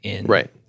Right